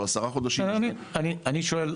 או עשרה חודשים --- אני שואל,